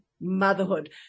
motherhood